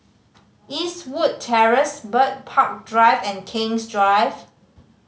Eastwood Terrace Bird Park Drive and King's Drive